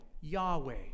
Yahweh